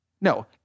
no